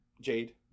Jade